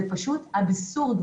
זה פשוט אבסורד,